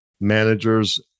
managers